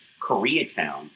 Koreatown